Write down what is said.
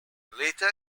later